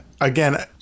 Again